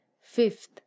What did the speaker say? fifth